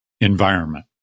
environment